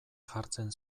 jartzen